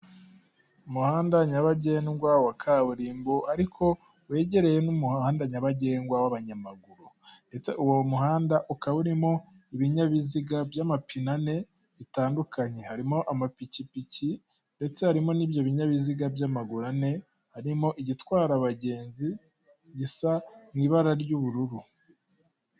Umuhanda nyabagendwa wa kaburimbo ariko wegereye n'umuhanda nyabagendwa w'abanyamaguru ndetse uwo muhanda ukaba urimo ibinyabiziga by'amapine ane bitandukanye, harimo amapikipiki ndetse harimo n'ibyo binyabiziga by'amaguru ane, harimo igitwara abagenzi gisa mu ibara ry'ubururu.